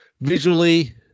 visually